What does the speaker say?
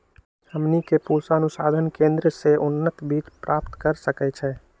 हमनी के पूसा अनुसंधान केंद्र से उन्नत बीज प्राप्त कर सकैछे?